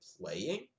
playing